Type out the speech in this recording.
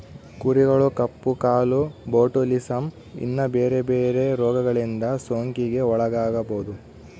ಕುರಿಗಳು ಕಪ್ಪು ಕಾಲು, ಬೊಟುಲಿಸಮ್, ಇನ್ನ ಬೆರೆ ಬೆರೆ ರೋಗಗಳಿಂದ ಸೋಂಕಿಗೆ ಒಳಗಾಗಬೊದು